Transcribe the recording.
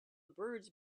birds